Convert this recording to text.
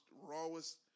rawest